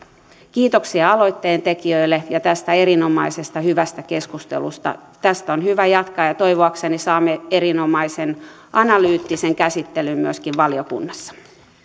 kiitoksia aloitteen tekijöille ja tästä erinomaisesta hyvästä keskustelusta tästä on hyvä jatkaa ja toivoakseni saamme erinomaisen analyyttisen käsittelyn myöskin valiokunnassa